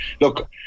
look